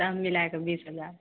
सब मिलाके बीस हजार